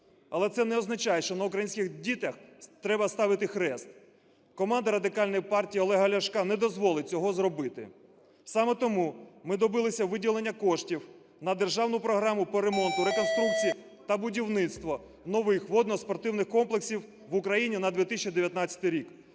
Але це не означає, що на українських дітях треба ставити хрест. Команда Радикальної партії Олега Ляшка не дозволить цього зробити. Саме тому ми добилися виділення коштів на державну програму по ремонту, реконструкції та будівництву нових водноспортивних комплексів в Україні на 2019 рік,